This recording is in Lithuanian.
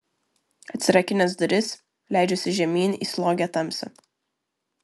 atsirakinęs duris leidžiuosi žemyn į slogią tamsą